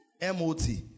M-O-T